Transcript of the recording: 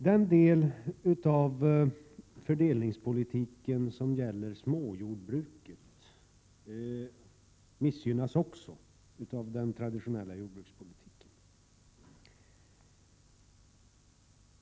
Den del av fördelningspolitiken som gäller småjordbruket missgynnas också av den traditionella jordbrukspolitiken.